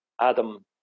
Adam